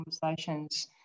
conversations